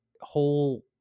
whole